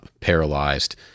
paralyzed